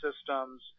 systems